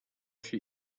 się